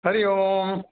Hari Om